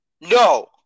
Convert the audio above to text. No